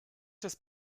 has